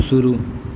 शुरू